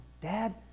dad